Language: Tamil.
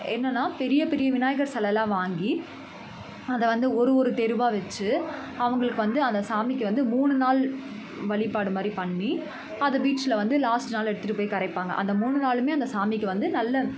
என்னன்னா பெரிய பெரிய விநாயகர் சிலல்லாம் வாங்கி அதை வந்து ஒரு ஒரு தெருவாக வச்சு அவங்களுக்கு வந்து அந்த சாமிக்கு வந்து மூணு நாள் வழிப்பாடு மாதிரி பண்ணி அது பீச்சில் வந்து லாஸ்ட் நாள் எடுத்துட்டு போய் கரைப்பாங்கள் அந்த மூணு நாளுமே அந்த சாமிக்கு வந்து நல்ல